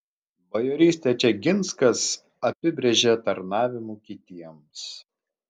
bajorystę čeginskas apibrėžė tarnavimu kitiems